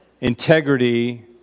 integrity